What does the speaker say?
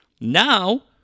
Now